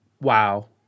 Wow